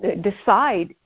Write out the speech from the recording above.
decide